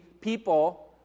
people